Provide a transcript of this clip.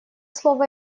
слово